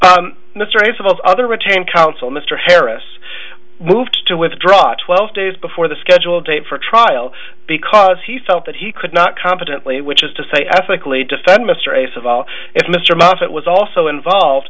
of other retained counsel mr harris moved to withdraw twelve days before the scheduled date for a trial because he felt that he could not competently which is to say ethically defend mr ace of all mr moffat was also involved